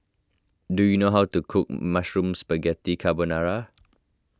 do you know how to cook Mushroom Spaghetti Carbonara